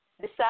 decide